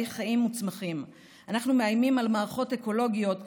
חיים וצמחים אנחנו מאיימים על מערכות אקולוגיות שאנחנו,